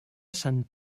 sant